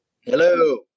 Hello